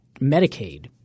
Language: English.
Medicaid